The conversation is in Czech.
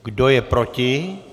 Kdo je proti?